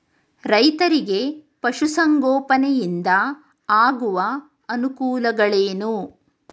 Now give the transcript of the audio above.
ರೈತರಿಗೆ ಪಶು ಸಂಗೋಪನೆಯಿಂದ ಆಗುವ ಅನುಕೂಲಗಳೇನು?